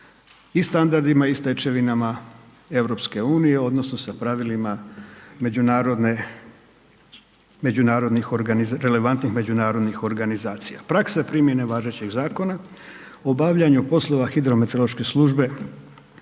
i standardima i stečevinama EU, odnosno sa pravilima međunarodnih relevantnih međunarodnih organizacija. Praksa primjene važećeg Zakona o obavljanju poslova hidrometeorološke službe